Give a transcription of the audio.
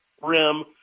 rim